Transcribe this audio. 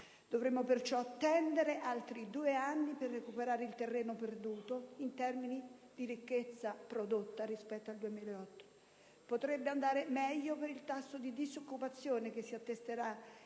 Dovremo perciò attendere altri due anni per recuperare il terreno perduto in termini di ricchezza prodotta rispetto al 2008. Potrebbe andare meglio per il tasso di disoccupazione, che si attesterà